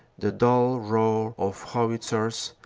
the dull roar of howitzers,